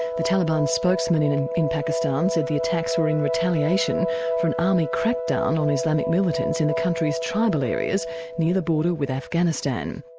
the taliban spokesman in in pakistan said the attacks were in retaliation for an army crackdown on islamic militants in the country's tribal areas near the border with afghanistan.